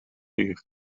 uur